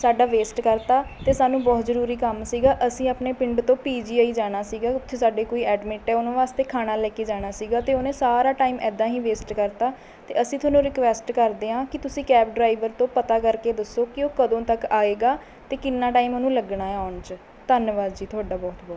ਸਾਡਾ ਵੇਸਟ ਕਰਤਾ ਅਤੇ ਸਾਨੂੰ ਬਹੁਤ ਜ਼ਰੂਰੀ ਕੰਮ ਸੀਗਾ ਅਸੀਂ ਆਪਣੇ ਪਿੰਡ ਤੋਂ ਪੀ ਜੀ ਆਈ ਜਾਣਾ ਸੀਗਾ ਉੱਥੇ ਸਾਡੇ ਕੋਈ ਐਡਮਿੱਟ ਹੈ ਉਹਨਾਂ ਵਾਸਤੇ ਖਾਣਾ ਲੈ ਕੇ ਜਾਣਾ ਸੀਗਾ ਅਤੇ ਉਹਨੇ ਸਾਰਾ ਟਾਈਮ ਇੱਦਾਂ ਹੀ ਵੇਸਟ ਕਰਤਾ ਅਤੇ ਅਸੀਂ ਤੁਹਾਨੂੰ ਰੀਕੁਐਸਟ ਕਰਦੇ ਹਾਂ ਕਿ ਤੁਸੀਂ ਕੈਬ ਡਰਾਈਵਰ ਤੋਂ ਪਤਾ ਕਰਕੇ ਦੱਸੋ ਕਿ ਉਹ ਕਦੋਂ ਤੱਕ ਆਏਗਾ ਅਤੇ ਕਿੰਨਾਂ ਟਾਈਮ ਉਹਨੂੰ ਲੱਗਣਾ ਹੈ ਆਉਣ 'ਚ ਧੰਨਵਾਦ ਜੀ ਤੁਹਾਡਾ ਬਹੁਤ ਬਹੁਤ